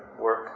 work